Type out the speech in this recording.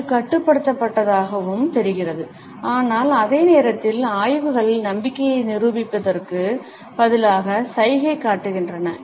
இது கட்டுப்படுத்தப்பட்டதாகவும் தெரிகிறது ஆனால் அதே நேரத்தில் ஆய்வுகள் நம்பிக்கையை நிரூபிப்பதற்கு பதிலாக சைகை காட்டுகின்றன